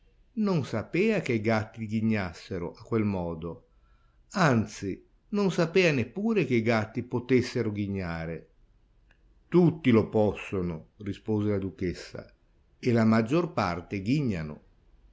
non sapea che i gatti ghignassero a quel modo anzi non sapea neppure che i gatti potessero ghignare tutti lo possono rispose la duchessa e la maggior parte ghignano